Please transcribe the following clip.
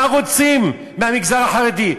מה רוצים מהמגזר החרדי?